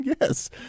Yes